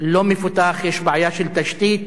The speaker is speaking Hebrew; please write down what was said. לא מפותח, ויש בעיה של תשתית.